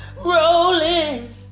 Rolling